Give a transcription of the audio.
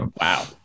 wow